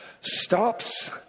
stops